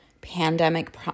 Pandemic